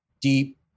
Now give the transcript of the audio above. deep